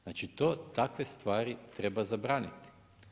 Znači to, takve stvari treba zabraniti.